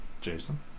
Jason